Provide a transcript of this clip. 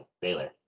Baylor